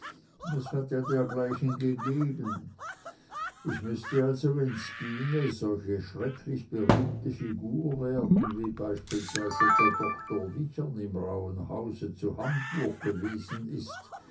es hat ja dergleichen gegeben ich müßte also wenn's ginge solche schrecklich berühmte figur werden wie beispielsweise der doktor wichern im rauhen hause zu hamburg gewesen ist